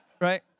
Right